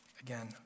Again